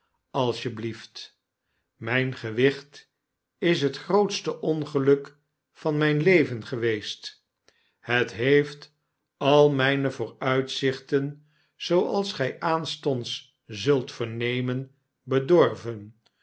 als je blieft myn gewicht is het grootste ongeluk van myn leven geweest het heeft al mijne vooruitzichten zooals gy aanstonds zult vernemen bedorven